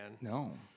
No